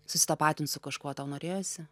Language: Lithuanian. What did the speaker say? susitapatint su kažkuo tau norėjosi